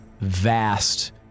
vast